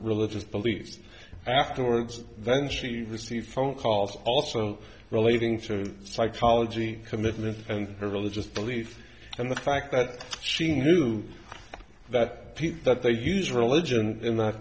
religious beliefs afterwards then she received phone calls also relating to psychology commitment and her religious belief and the fact that she knew that that they use religion in th